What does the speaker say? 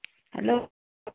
hello